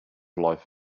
life